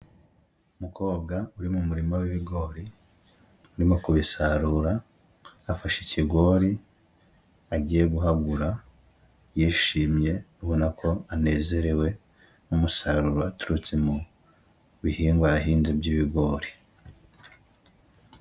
Umukobwa uri mu murima w'ibigori urimo kubisarura, yafashe ikigori agiye kuhagura yishimye abona ko anezerewe n'umusaruro waturutse mu bihingwa yahinze by'ibigori.